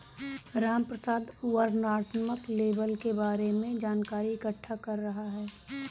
रामप्रसाद वर्णनात्मक लेबल के बारे में जानकारी इकट्ठा कर रहा है